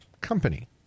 company